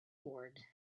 board